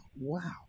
Wow